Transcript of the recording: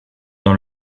dans